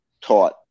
taught